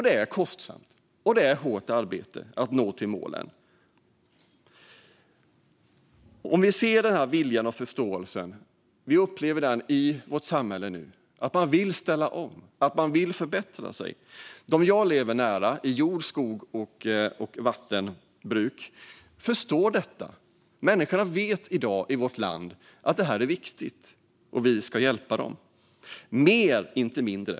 Det är kostsamt, och det är ett hårt arbete att nå målen. I vårt samhälle upplever vi vilja och förståelse. Man vill ställa om och bli bättre. De som jag lever nära - människor som sysslar med jord, skogs och vattenbruk - förstår detta. Människorna i vårt land vet i dag att detta är viktigt. Vi ska hjälpa dem. Det krävs mer, inte mindre.